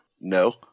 no